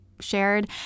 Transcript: Shared